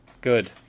Good